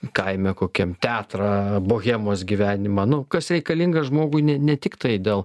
kaime kokiam teatrą bohemos gyvenimą nu kas reikalinga žmogui ne ne tiktai dėl